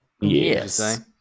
Yes